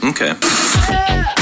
okay